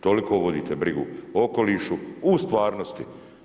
Toliko vodite brigu o okolišu, u stvarnosti.